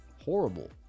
Horrible